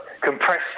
compressed